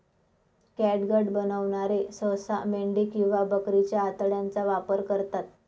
catgut बनवणारे सहसा मेंढी किंवा बकरीच्या आतड्यांचा वापर करतात